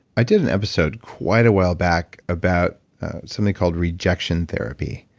i did an episode quite a while back about something called rejection therapy.